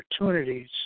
opportunities